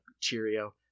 cheerio